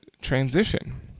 transition